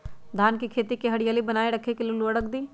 धान के खेती की हरियाली बनाय रख लेल उवर्रक दी?